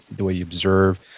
the way you observe,